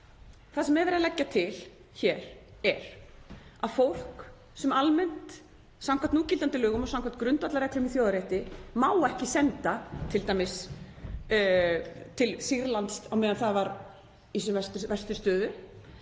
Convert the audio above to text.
Það sem verið er að leggja til hér er að fólk sem almennt samkvæmt núgildandi lögum og samkvæmt grundvallarreglum þjóðaréttar má ekki senda t.d. til Sýrlands á meðan það var í sem mestu verstu stöðu